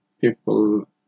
people